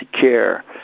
care